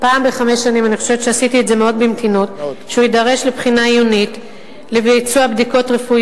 אני חושב שאתה טועה, אדוני היושב-ראש.